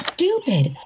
Stupid